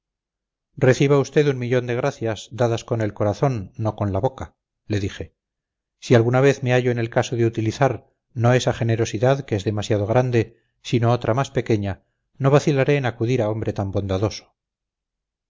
reciba usted un millón de gracias dadas con el corazón no con la boca le dije si alguna vez me hallo en el caso de utilizar no esa generosidad que es demasiado grande sino otra más pequeña no vacilaré en acudir a hombre tan bondadoso